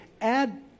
add